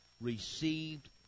received